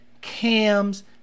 Cams